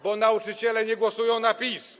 Bo nauczyciele nie głosują na PiS.